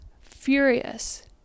furious